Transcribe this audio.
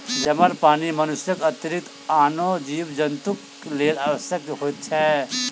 जमल पानि मनुष्यक अतिरिक्त आनो जीव जन्तुक लेल आवश्यक होइत छै